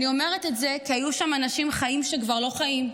אני אומרת את זה כי היו שם אנשים חיים שכבר לא חיים.